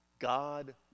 God